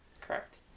Correct